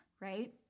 right